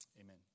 Amen